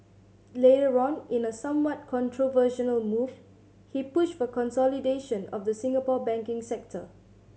later on in a somewhat controversial move he pushed for consolidation of the Singapore banking sector